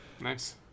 nice